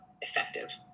effective